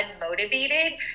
unmotivated